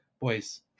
boys